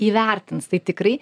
įvertins tai tikrai